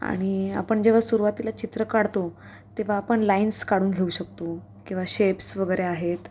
आणि आपण जेव्हा सुरुवातीला चित्र काढतो तेव्हा आपण लाइन्स काढून घेऊ शकतो किंवा शेप्स वगैरे आहेत